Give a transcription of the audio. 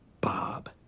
Bob